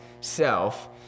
self